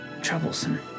troublesome